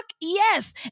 yes